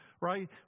right